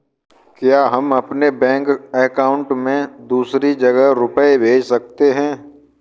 क्या हम अपने बैंक अकाउंट से दूसरी जगह रुपये भेज सकते हैं?